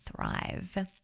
thrive